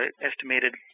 estimated